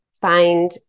find